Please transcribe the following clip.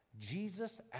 Jesus